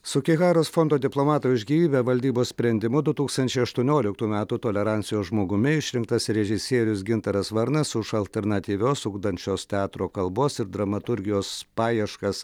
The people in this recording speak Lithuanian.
sugiharos fondo diplomatai už gyvybę valdybos sprendimu du tūkstančiai aštuonioliktų metų tolerancijos žmogumi išrinktas režisierius gintaras varnas už alternatyvios ugdančios teatro kalbos ir dramaturgijos paieškas